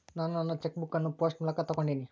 ನಾನು ನನ್ನ cheque book ಅನ್ನು ಪೋಸ್ಟ್ ಮೂಲಕ ತೊಗೊಂಡಿನಿ